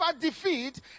defeat